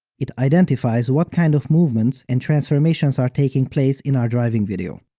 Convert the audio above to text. it identifies what kind of movements and transformations are taking place in our driving video.